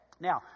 Now